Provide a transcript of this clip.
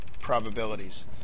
probabilities